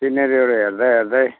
सिनेरीहरू हेर्दै हेर्दै